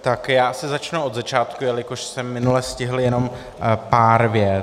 Tak já asi začnu od začátku, jelikož jsem minule stihl jenom pár vět.